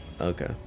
Okay